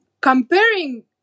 comparing